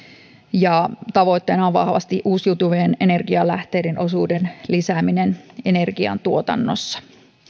tavoitteena on on vahvasti uusiutuvien energialähteiden osuuden lisääminen energiatuotannossa